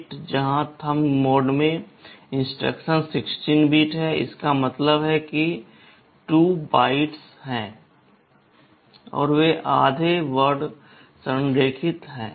यहाँ thumb mode में instruction 16 bit हैं इसका मतलब है कि 2 बाइट्स हैं और वे आधे वर्ड संरेखित हैं